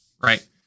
right